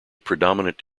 predominant